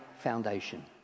foundation